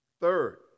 Third